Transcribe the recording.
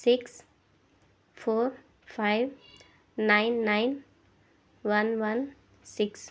six four five nine nine one one six